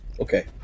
Okay